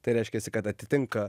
tai reiškiasi kad atitinka